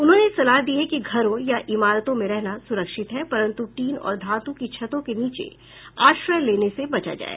उन्होंने सलाह दी कि घरों या इमारतों में रहना सुरक्षित है परंतु टीन और धातु की छतों के नीचे आश्रय लेने से बचा जाए